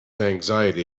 anxiety